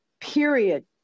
period